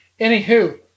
Anywho